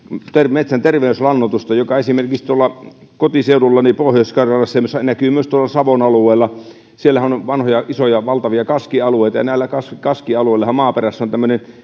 metsän terveyslannoitusta joka näkyy esimerkiksi tuolla kotiseudullani pohjois karjalassa ja myös tuolla savon alueella siellähän on vanhoja isoja valtavia kaskialueita ja näillä kaskialueillahan maaperässä on tämmöinen